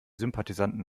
sympathisanten